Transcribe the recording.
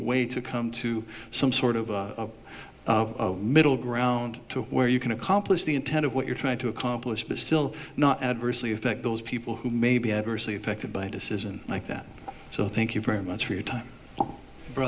way to come to some sort of a middle ground where you can accomplish the intent of what you're trying to accomplish but still not adversely affect those people who may be adversely affected by a decision like that so thank you very much for your time